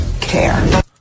care